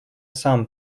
сам